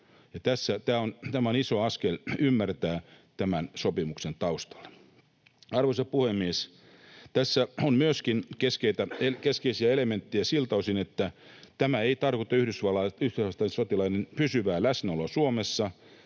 tämä on iso askel ymmärtää tämän sopimuksen taustalla. Arvoisa puhemies! Tässä on myöskin keskeisiä elementtejä siltä osin, että tämä ei tarkoita yhdysvaltalaisten sotilaiden pysyvää läsnäoloa Suomessa,